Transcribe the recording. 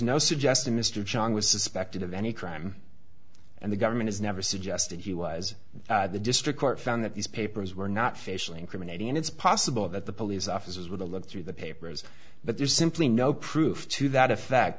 no suggesting mr chang was suspected of any crime and the government has never suggested he was the district court found that these papers were not facially incriminating and it's possible that the police officers were to look through the papers but there's simply no proof to that effect